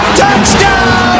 touchdown